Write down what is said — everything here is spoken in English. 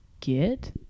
get